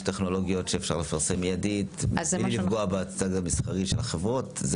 טכנולוגיות שאפשר לפרסם מיידית בלי לפגוע בצד המסחרי של החברות.